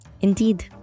Indeed